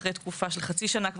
אחרי תקופה של חצי שנה,